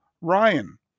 Ryan